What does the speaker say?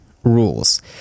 rules